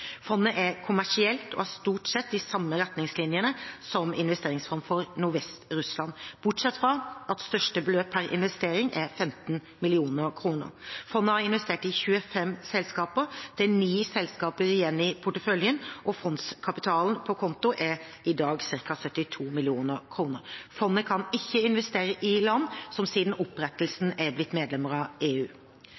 Fondet er kommersielt og har stort sett de samme retningslinjene som Investeringsfond for Nordvest-Russland, bortsett fra at største beløp per investering er 15 mill. kr. Fondet har investert i 25 selskaper, det er ni selskaper igjen i porteføljen, og fondskapitalen på konto er i dag ca. 72 mill. kr. Fondet kan ikke investere i land som siden opprettelsen